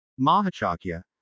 Mahachakya